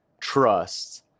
trust